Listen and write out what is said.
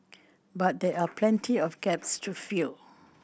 but there are plenty of gaps to fill